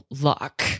luck